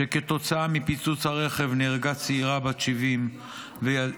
כתוצאה מפיצוץ רכב נהרגה צעירה בת 20 וילדה